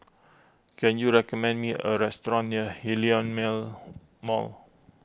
can you recommend me a restaurant near Hillion Mall